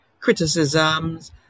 criticisms